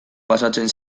pasatzen